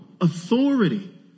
authority